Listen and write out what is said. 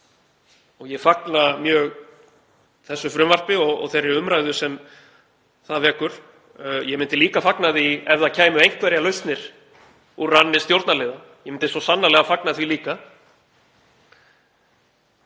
Ég fagna mjög þessu frumvarpi og þeirri umræðu sem það vekur. Ég myndi líka fagna því ef það kæmu einhverjar lausnir úr ranni stjórnarliða. Ég myndi svo sannarlega fagna því líka.